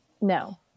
no